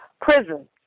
prison